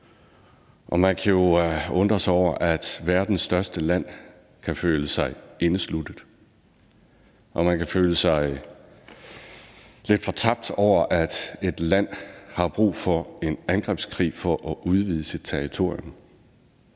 man kan jo undre sig over, at verdens største land kan føle sig indesluttet, og man kan føle sig lidt fortabt over, at et land har brug for en angrebskrig for at udvide sit territorium.